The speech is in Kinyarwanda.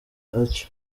atyo